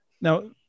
Now